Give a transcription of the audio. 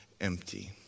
empty